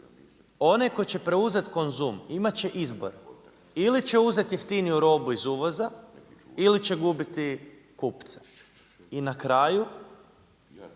Onaj tko će preuzeti Konzum imati će izbor, ili će uzeti jeftiniju robu iz uvoza ili će gubiti kupce. I na kraju